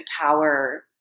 power